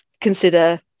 consider